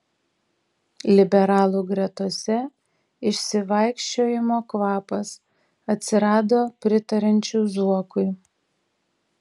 liberalų gretose išsivaikščiojimo kvapas atsirado pritariančių zuokui